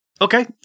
Okay